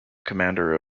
commander